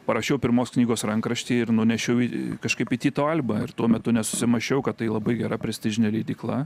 parašiau pirmos knygos rankraštį ir nunešiau į kažkaip į tyto alba ir tuo metu nesusimąsčiau kad tai labai gera prestižinė leidykla